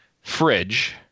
fridge